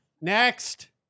Next